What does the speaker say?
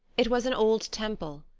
it was an old temple,